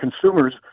consumers